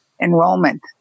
enrollment